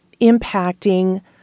impacting